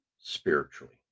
spiritually